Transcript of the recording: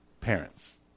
parents